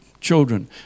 children